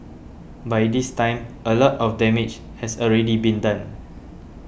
by this time a lot of damage has already been done